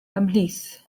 ymhlith